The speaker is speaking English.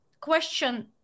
Question